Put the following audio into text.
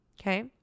okay